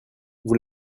vous